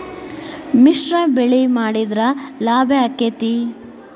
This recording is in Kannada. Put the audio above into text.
ಮಿಶ್ರ ಬೆಳಿ ಮಾಡಿದ್ರ ಲಾಭ ಆಕ್ಕೆತಿ?